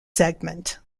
segment